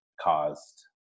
caused